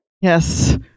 Yes